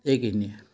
এইখিনিয়ে